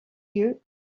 yeux